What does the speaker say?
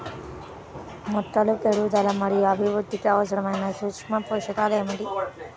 మొక్కల పెరుగుదల మరియు అభివృద్ధికి అవసరమైన సూక్ష్మ పోషకం ఏమిటి?